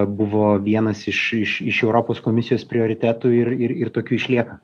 buvo vienas iš iš iš europos komisijos prioritetų ir ir ir tokiu išlieka